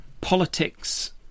politics